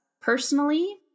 personally